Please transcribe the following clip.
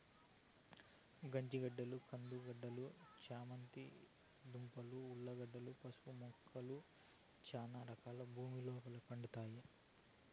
జంజిగడ్డలు, కంద గడ్డలు, చామ దుంపలు, ఉర్లగడ్డలు, పసుపు మొదలైన చానా రకాలు భూమి లోపల పండుతాయి